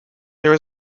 there